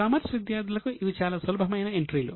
commerce విద్యార్థులకు ఇవి చాలా సులభమైన ఎంట్రీలు